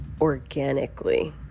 organically